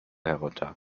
herunter